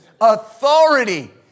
authority